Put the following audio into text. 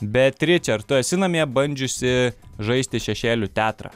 beatriče ar tu esi namie bandžiusi žaisti šešėlių teatrą